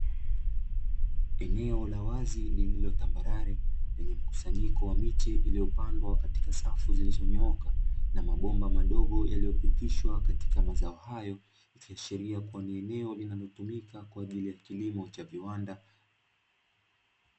Eneo la wazi lililo tambarare lenye mkusanyiko wa miche iliyopandwa katika safu zilizonyooka, na mabomba madogo yaliyopitishwa katika mazao hayo. Ikiashiria kuwa ni eneo linalotumika kwaajili ya kilimo cha viwanda.